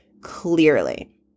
clearly